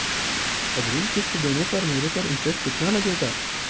अग्रिम किश्त देने पर मेरे पर इंट्रेस्ट कितना लगेगा?